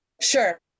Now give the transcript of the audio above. Sure